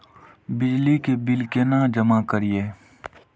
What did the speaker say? बिजली के बिल केना जमा करिए?